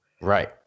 right